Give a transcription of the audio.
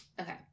Okay